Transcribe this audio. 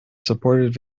supported